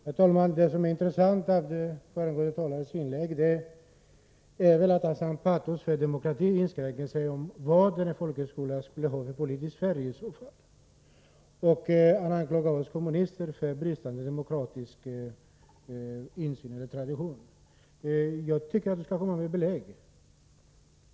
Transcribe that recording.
Herr talman! Det intressanta i föregående talares inlägg var att hans patos för demokratin tycks inskränka sig till uttalanden om en viss folkhögskolas politiska färg. Han anklagar oss kommunister för bristande demokratisk tradition. Jag efterlyser belägg för detta.